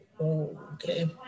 Okay